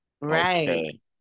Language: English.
Right